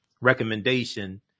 recommendation